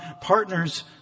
partners